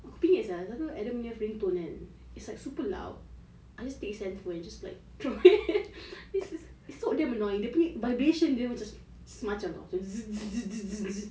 aku bingit sia selalu adamnya ringtone kan it's like super loud I just take his handphone just like this is so damn annoying dia punya vibration dia just semacam [tau]